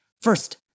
First